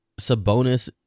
Sabonis